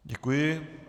Děkuji.